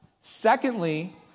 Secondly